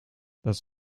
das